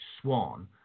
swan